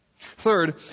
Third